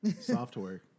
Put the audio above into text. Software